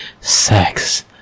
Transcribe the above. sex